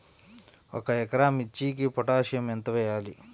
ఒక ఎకరా మిర్చీకి పొటాషియం ఎంత వెయ్యాలి?